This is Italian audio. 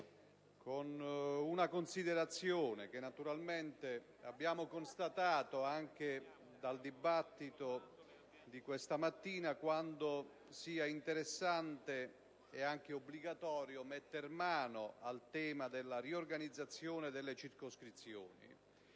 con una considerazione. Naturalmente abbiamo constatato, anche dal dibattito di questa mattina, quanto sia interessante, e anche obbligato, mettere mano al tema della riorganizzazione delle circoscrizioni,